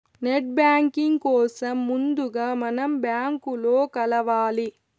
net banking కోసం ముందుగా మనం బ్యాంకులో కలవాలి